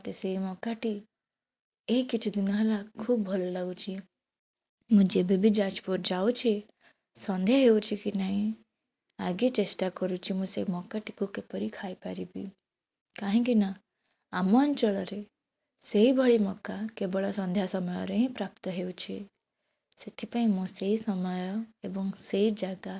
ମୋତେ ସେଇ ମକାଟି ଏଇ କିଛିଦିନ ହେଲା ଖୁବ୍ ଭଲ ଲାଗୁଛି ମୁଁ ଯେବେବି ଯାଜପୁର ଯାଉଛି ସନ୍ଧ୍ୟା ହେଉଛିକି ନାହିଁ ଆଗେ ଚେଷ୍ଟା କରୁଛି ମୁଁ ସେ ମକାଟିକୁ କିପରି ଖାଇ ପାରିବି କାହିଁକିନା ଆମ ଅଞ୍ଚଳରେ ସେଇଭଳି ମକା କେବଳ ସନ୍ଧ୍ୟା ସମୟରେ ହିଁ ପ୍ରାପ୍ତ ହେଉଛି ସେଥିପାଇଁ ମୁଁ ସେ ସମୟ ଏବଂ ସେଇ ଜାଗା